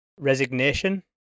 resignation